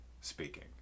speaking